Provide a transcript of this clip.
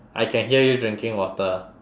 I can hear you drinking water